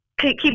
Keep